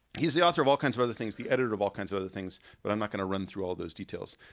he's the author of all kinds of other things the editor of all kinds of other things but i'm not gonna run through all those details.